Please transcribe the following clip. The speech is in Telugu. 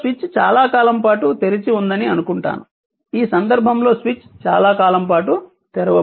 ఇక్కడ స్విచ్ చాలా కాలం పాటు తెరిచి ఉందని అనుకుంటాను ఈ సందర్భంలో స్విచ్ చాలా కాలం పాటు తెరవబడింది